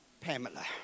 Pamela